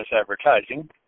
advertising